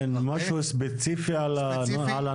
כן, משהו ספציפי על הנוסח?